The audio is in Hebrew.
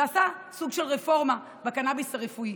ועשה סוג של רפורמה בקנביס הרפואי.